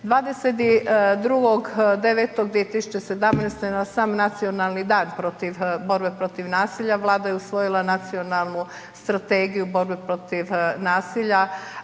22.9.2017. na sam nacionalni dan protiv borbe protiv nasilja, vlada je usvojila nacionalnu strategiju borbe protiv nasilja